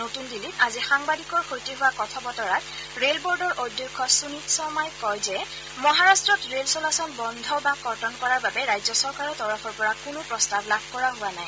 নতুন দিল্লীত আজি সাংবাদিকৰ সৈতে হোৱা কথা বতৰাত ৰেল বোৰ্ডৰ অধ্যক্ষ সনীত শৰ্মাই কয় যে মহাৰাষ্টত ৰেল চলাচল বন্ধ বা কৰ্তন কৰাৰ বাবে ৰাজ্য চৰকাৰৰ তৰফৰ পৰা কোনো প্ৰস্তাৱ লাভ কৰা হোৱা নাই